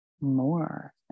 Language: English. more